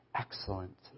excellent